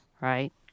right